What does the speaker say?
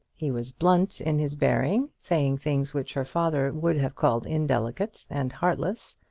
he was blunt in his bearing, saying things which her father would have called indelicate and heartless,